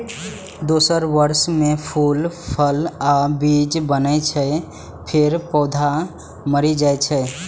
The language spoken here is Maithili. दोसर वर्ष मे फूल, फल आ बीज बनै छै, फेर पौधा मरि जाइ छै